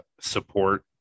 support